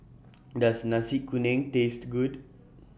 Does Nasi Kuning Taste Good